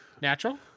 Natural